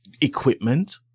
equipment